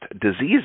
diseases